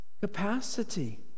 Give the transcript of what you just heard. capacity